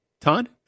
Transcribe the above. Todd